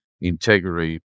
integrity